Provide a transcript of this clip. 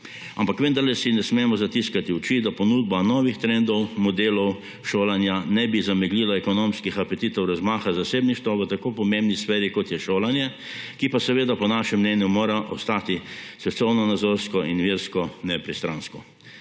Pa vendar si ne smemo zatiskati oči, da ponudba novih trendov modelov šolanja ne bi zameglila ekonomskih apetitov razmaha zasebništva v tako pomembni sferi, kot je šolanje, ki pa seveda po našem mnenju mora ostati svetovnonazorsko in versko nepristransko.